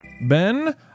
Ben